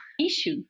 issue